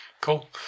Cool